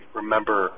remember